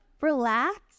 relax